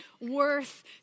worth